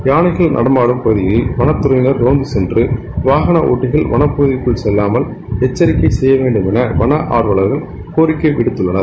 யானைகள் நடமாடும் பகுதிகளில் வனத்துறையினர் ரோந்து சென்று வாகன ஒட்டிகள் வனப் பகுதிக்கு செல்லாமல் எச்சரிக்கை செய்ய வேண்டும் என வன ஆர்வலர்கள் கோரிக்கை விடுத்துள்ளனர்